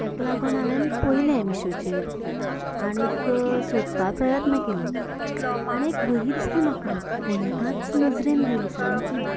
तेका लागून हांवें पळयले मिशोचेर आनीक सोदपाक प्रयत्न केलो आनीक बरी दिसली म्हाका पळयताच नजरेन गेली सामकी